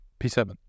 P7